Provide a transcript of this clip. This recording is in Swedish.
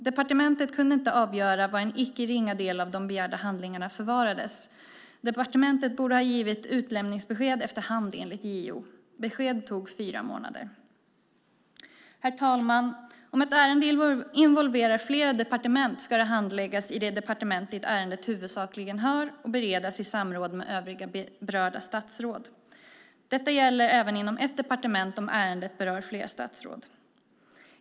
Departementet kunde inte avgöra var en icke ringa del av de begärda handlingarna förvarades. Departementet borde ha givit utlämningsbesked efter hand, enligt JO. Besked tog fyra månader. Herr talman! Om ett ärende involverar flera departement ska det handläggas i det departement dit ärendet huvudsakligen hör och beredas i samråd med övriga berörda statsråd. Detta gäller även inom ett departement om ärendet berör flera statsråd.